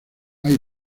hay